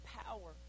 power